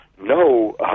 no